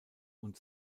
und